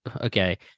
Okay